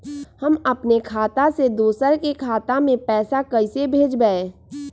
हम अपने खाता से दोसर के खाता में पैसा कइसे भेजबै?